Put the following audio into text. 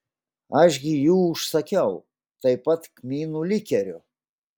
aš gi jų užsakiau taip pat kmynų likerio